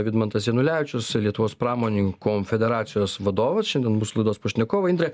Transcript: vidmantas janulevičius lietuvos pramonininkų konfederacijos vadovas šiandien bus laidos pašnekovai indre